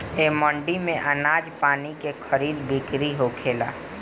ए मंडी में आनाज पानी के खरीद बिक्री होखेला